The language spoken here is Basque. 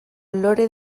lore